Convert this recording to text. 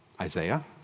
Isaiah